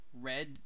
Red